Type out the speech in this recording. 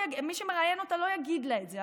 מי שמראיין אותה לא יגיד לה את זה,